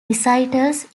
recitals